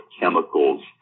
chemicals